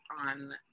on